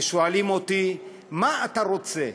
ושואלים אותי: מה אתה רוצה,